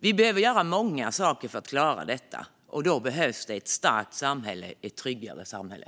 Vi behöver göra många saker för att klara detta, och då behövs ett starkt samhälle, ett tryggare samhälle.